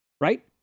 right